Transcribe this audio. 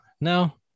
no